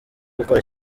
gukora